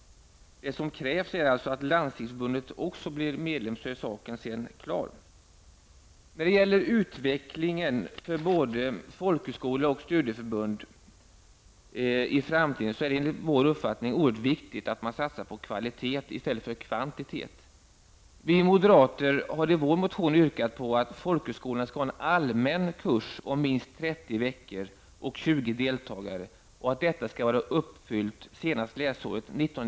Det som krävs är att också Landstingsförbundet blir medlem; sedan är saken klar. När det gäller den framtida utvecklingen för både folkhögskolor och studieförbund är det enligt vår uppfattning oerhört viktigt att man satsar på kvalitet i stället för kvantitet. Vi moderater har i vår motion yrkat på att folkhögskolorna skall ha en allmän kurs om minst 30 veckor och 20 deltagare och att detta skall vara uppfyllt senast läsåret 1992/93.